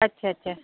अच्छा अच्छा